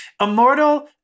Immortal